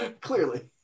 clearly